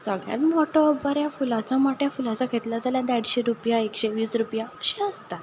सगळ्यांत मोठो बऱ्या फुलांचो मोठ्या फुलांचो घेतलो जाल्यार देडशें रुपया एकशे वीस रुपया अशे आसता